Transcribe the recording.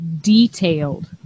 detailed